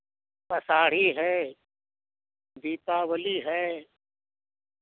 आषाढ़ी है दीपावली है